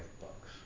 bucks